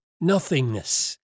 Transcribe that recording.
nothingness